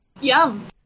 Yum